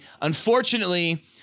unfortunately